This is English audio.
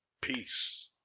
Peace